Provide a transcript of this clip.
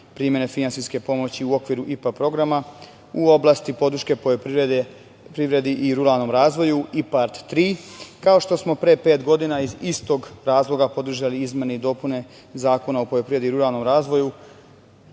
primene finansijske pomoći u okviru IPA programa u oblasti podrške poljoprivrede privrede i ruralnom razvoju IPARD 3, kao što smo pre pet godina iz istog razloga podržali izmene i dopune Zakona o poljoprivredi i ruralnom razvoju